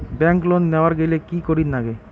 Bank loan নেওয়ার গেইলে কি করীর নাগে?